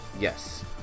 Yes